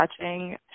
touching